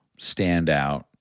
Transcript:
standout